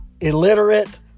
illiterate